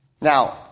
now